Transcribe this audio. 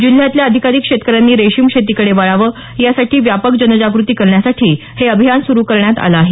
जिल्ह्यातल्या अधिकाधिक शेतकऱ्यांनी रेशमी शेतीकडे वळावं यासाठी व्यापक जनजागृती करण्यासाठी हे अभियान सुरु करण्यात आलं आहे